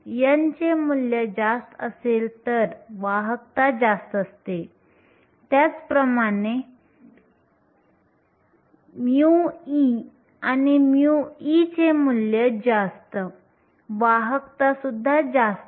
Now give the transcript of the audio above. N चे मूल्य जास्त असेल तर वाहकता जास्तअसते त्याचप्रमाण μe आणि μe चे मूल्य जास्त वाहकता सुद्धा जास्त